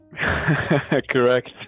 correct